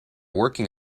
working